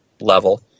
level